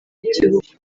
w’igihugu